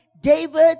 David